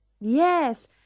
Yes